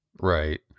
Right